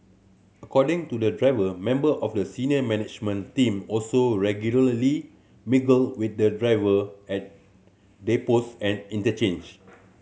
according to the driver member of the senior management team also regularly mingle with the driver at depots and interchange